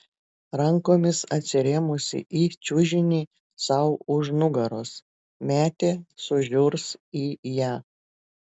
rankomis atsirėmusi į čiužinį sau už nugaros metė sužiurs į ją